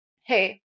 hey